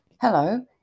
Hello